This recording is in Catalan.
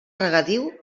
regadiu